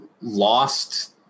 lost